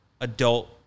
adult